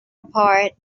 apart